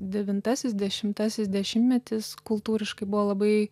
devintasis dešimtasis dešimtmetis kultūriškai buvo labai